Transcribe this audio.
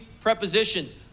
prepositions